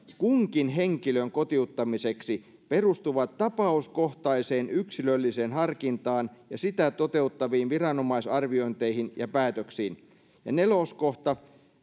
kunkin henkilön kotiuttamiseksi perustuvat tapauskohtaiseen yksilölliseen harkintaan ja sitä toteuttaviin viranomaisarviointeihin ja päätöksiin ja neloskohta